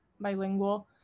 bilingual